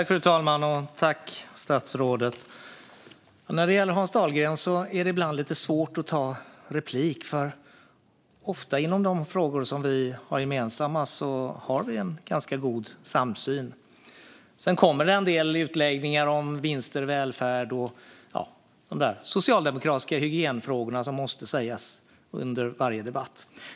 Fru talman! När det gäller Hans Dahlgren är det ibland lite svårt att ta replik. Ofta har vi en ganska god samsyn inom de frågor som vi har gemensamma. Sedan kommer det en del utläggningar om vinster i välfärden och så vidare - de där socialdemokratiska hygienfrågorna som måste tas upp under varje debatt.